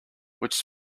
which